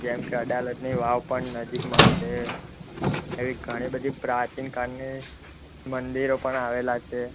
જેમકે અડાલજની વાવ પણ નજીકમાં છે એવી ઘણી બધી પ્રાચીન કાળની મંદિરો પણ આવેલાં છે